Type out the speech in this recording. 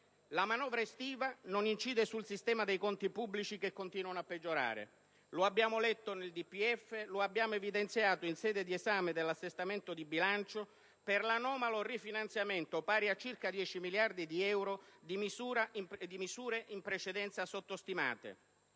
La manovra estiva non incide sul sistema dei conti pubblici, che continuano a peggiorare: lo abbiamo letto nel DPEF. Lo abbiamo evidenziato in sede di esame dell'assestamento di bilancio, per l'anomalo rifinanziamento - pari a circa 10 miliardi di euro - di misure in precedenza sottostimate.